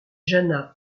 jana